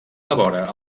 devora